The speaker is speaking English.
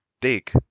Dig